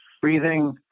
breathing